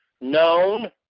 known